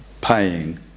paying